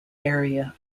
area